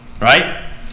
Right